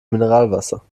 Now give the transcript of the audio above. mineralwasser